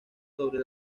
sobre